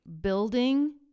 building